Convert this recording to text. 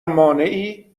مانعی